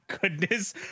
goodness